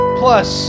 plus